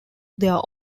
their